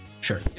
Sure